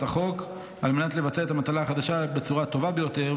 החוק על מנת לבצע את המטלה החדשה בצורה הטובה ביותר,